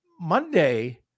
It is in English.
Monday